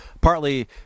partly